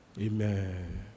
Amen